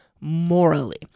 morally